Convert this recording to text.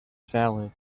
salad